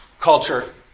culture